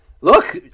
Look